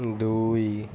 ଦୁଇ